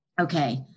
okay